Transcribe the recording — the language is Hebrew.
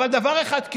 אתה דואג לנו?